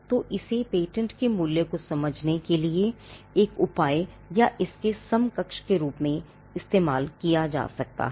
तो इसे पेटेंट के मूल्य को समझने के लिए एक उपाय या इसके समकक्ष के रूप में इस्तेमाल किया जा सकता है